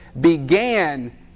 began